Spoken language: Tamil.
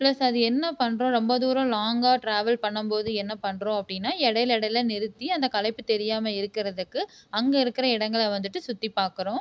ப்ளஸ் அது என்ன பண்ணுறோம் ரொம்ப தூரம் லாங்காக ட்ராவெல் பண்ணம் போது என்ன பண்ணுறோம் அப்படின்னா இடைல இடைல நிறுத்தி அந்த களைப்பு தெரியாமல் இருக்குறதுக்கு அங்கே இருக்கிற இடங்ககளை வந்துட்டு சுற்றி பார்க்குறோம்